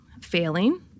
failing